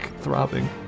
throbbing